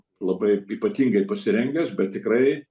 labai ypatingai pasirengęs bet tikrai